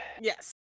Yes